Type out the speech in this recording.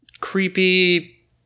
creepy